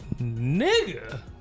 nigga